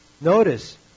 Notice